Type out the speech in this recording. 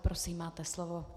Prosím, máte slovo.